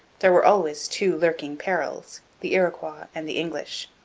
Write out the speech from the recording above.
there were always two lurking perils the iroquois and the english.